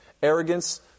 Arrogance